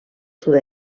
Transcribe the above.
sud